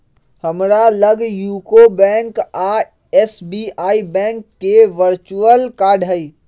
हमरा लग UCO bank आऽ एस.बी.आई बैंक के वर्चुअल कार्ड हइ